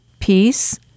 peace